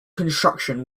construction